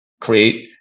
create